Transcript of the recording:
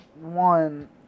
one